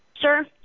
Sir